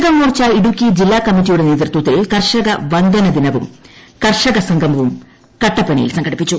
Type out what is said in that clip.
കർഷകമോർച്ച ഇടുക്കി ജില്ലാ കമ്മറ്റിയുടെ നേതൃത്വത്തിൽ കർഷക കർഷകമോർച്ച വന്ദന ദിനവും കർഷക സംഗമവും കട്ടപ്പനയിൽ സംഘടിപ്പിച്ചു